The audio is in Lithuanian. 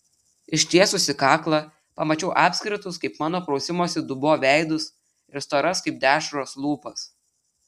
ištiesusi kaklą pamačiau apskritus kaip mano prausimosi dubuo veidus ir storas kaip dešros lūpas